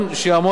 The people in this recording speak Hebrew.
בהתאם לכך,